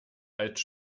als